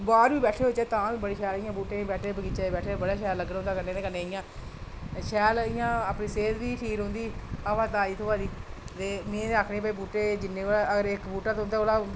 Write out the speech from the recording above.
कि अस बाह्र बी बैठे दे होचै तां बी ब़े शैल बगीचे च बैठे दे तां बी बड़ा शैल लग्गना होंदा ते कन्नै इं'या शैल इं'या अपनी सेह्त बी ठीक रौंहदी हवा ताज़ी थ्होआ दी ते में ते आक्खनी कि हर बूह्टा जेह्के तुं'दे कोला